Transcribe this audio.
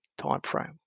timeframe